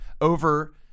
over